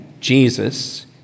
Jesus